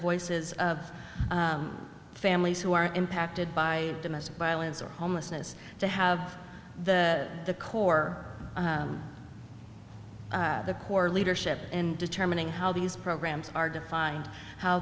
voices of families who are impacted by domestic violence or homelessness to have the core the core leadership in determining how these programs are defined how